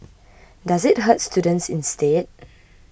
does it hurt students instead